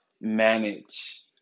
manage